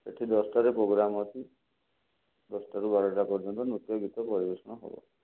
ସେଠି ଦଶଟାରେ ପୋଗ୍ରାମ ଅଛି ଦଶଟାରୁ ବାରଟା ପର୍ଯ୍ୟନ୍ତ ନୃତ୍ୟ ଗୀତ ପରିବେଷଣ ହେବ